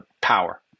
power